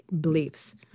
beliefs